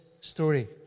story